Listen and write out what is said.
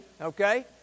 okay